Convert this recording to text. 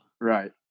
Right